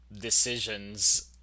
decisions